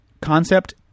concept